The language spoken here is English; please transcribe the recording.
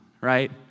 right